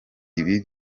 ibi